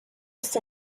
ist